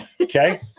Okay